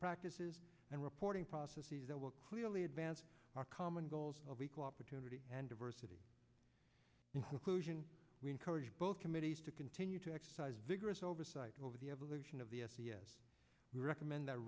practices and reporting processes that will clearly advance our common goals of equal opportunity and diversity inclusion we encourage both committees to continue to exercise vigorous oversight over the evolution of the s e s we recommend th